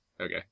Okay